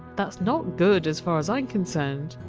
that! s not good as far as i! m concerned.